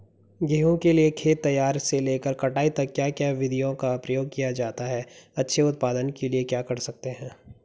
गेहूँ के लिए खेत तैयार से लेकर कटाई तक क्या क्या विधियों का प्रयोग किया जाता है अच्छे उत्पादन के लिए क्या कर सकते हैं?